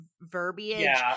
verbiage